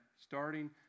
starting